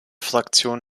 fraktion